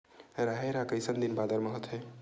राहेर ह कइसन दिन बादर म होथे?